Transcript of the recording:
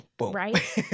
Right